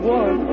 one